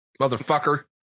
motherfucker